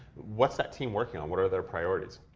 what's that team working on what are their priorities?